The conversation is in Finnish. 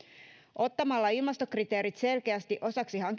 ottamalla ilmastokriteerit selkeästi osaksi